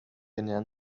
ernähren